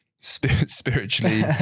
spiritually